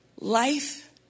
life